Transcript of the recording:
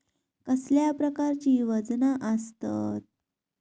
कसल्या प्रकारची वजना आसतत?